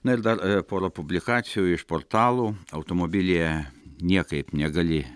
na ir dar pora publikacijų iš portalų automobilyje niekaip negali